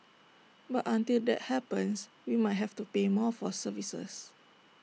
but until that happens we might have to pay more for services